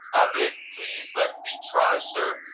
i begged, please let me try sir.